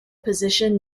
position